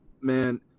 man